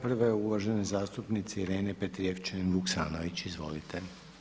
Prva je uvažene zastupnice Irene Petrijevčanin Vuksanović, izvolite.